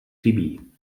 chybí